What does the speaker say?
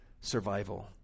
survival